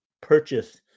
purchase